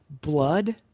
blood